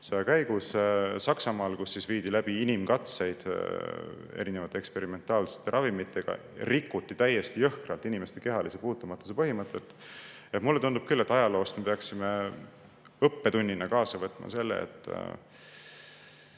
käigus Saksamaal, kus viidi läbi inimkatseid erinevate eksperimentaalsete ravimitega ja rikuti täiesti jõhkralt inimeste kehalise puutumatuse põhimõtet. Mulle tundub küll, et ajaloost me peaksime õppetunnina kaasa võtma selle, et